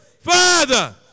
Father